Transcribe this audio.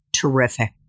Terrific